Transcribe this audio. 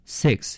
six